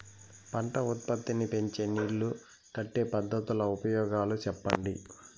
పంట ఉత్పత్తి నీ పెంచే నీళ్లు కట్టే పద్ధతుల ఉపయోగాలు చెప్పండి?